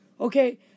Okay